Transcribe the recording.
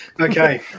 Okay